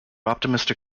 optimistic